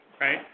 right